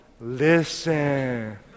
Listen